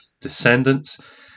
descendants